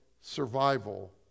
survival